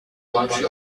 gnocchi